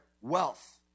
wealth